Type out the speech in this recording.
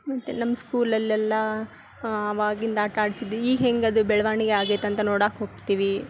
ಮತ್ತು ನಮ್ಮ ಸ್ಕೂಲಲೆಲ್ಲ ಅವಾಗಿಂದ ಆಟ ಆಡ್ಸಿದ್ದು ಈಗ ಹೇಗದು ಬೆಳವಣಿಗೆ ಆಗೈತೆ ಅಂತ ನೋಡಾಕೆ ಹೋಗ್ತೀವಿ